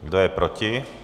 Kdo je proti?